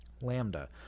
Lambda